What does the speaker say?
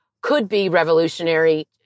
could-be-revolutionary